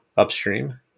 upstream